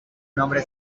nombre